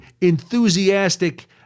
enthusiastic